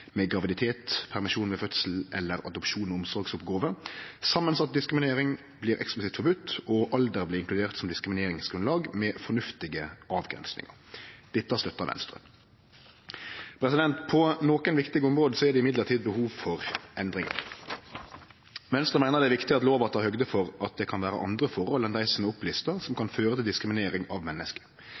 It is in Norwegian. med fornuftige avgrensingar. Dette støttar Venstre. På nokre viktige område er det likevel behov for endringar. Venstre meiner det er viktig at lova tek høgd for at det kan vere andre forhold enn dei som er lista opp, som kan føre til diskriminering av menneske.